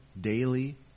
daily